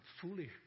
foolish